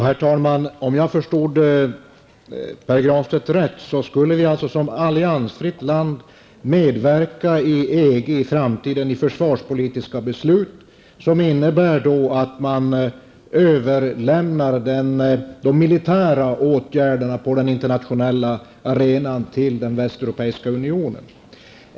Herr talman! Om jag förstådd Pär Granstedt rätt, skulle Sverige som alliansfritt land i framtiden medverka i EGs försvarspolitiska beslut, vilket innebär att man överlämnar de militära åtgärderna på den internationella arenan till Västeuropeiska unionen.